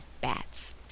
bats